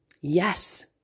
Yes